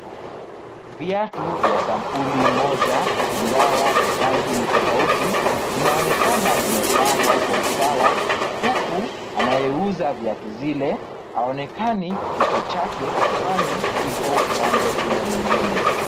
Viatu vya sampuli moja ingawa rangi ni tofauti, Zinaonekana zimepangwa kwa usawa huku anayeuza viatu zile haonekani kichwa chake kwani kiko upande ule mwingine.